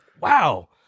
wow